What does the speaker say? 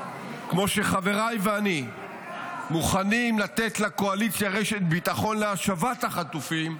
כמו שחבריי ואני מוכנים לתת לקואליציה רשת ביטחון להשבת החטופים,